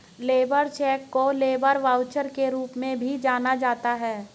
labour cheque को labour voucher के रूप में भी जाना जाता है